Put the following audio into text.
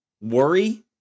worry